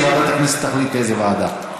וועדת הכנסת תחליט לאיזו ועדה.